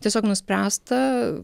tiesiog nuspręsta